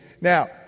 Now